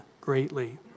greatly